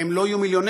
הם לא יהיו מיליונרים,